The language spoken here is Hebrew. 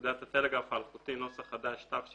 לפקודת הטלגרף האלחוטי , התשל"ב-1972,